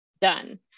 done